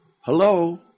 Hello